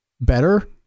better